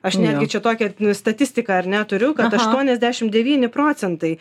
aš netgi čia tokią statistiką ar ne turiu kad aštuoniasdešim devyni procentai